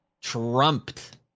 Trumped